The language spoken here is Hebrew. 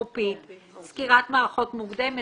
סקירת מערכות מוקדמת,